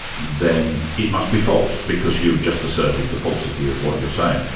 then it must be false, because you've just asserted the falsity of what you're saying.